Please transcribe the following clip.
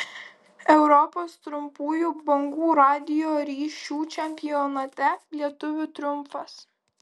europos trumpųjų bangų radijo ryšių čempionate lietuvių triumfas